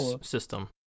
system